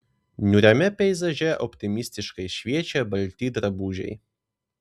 niūriame peizaže optimistiškai šviečia balti drabužiai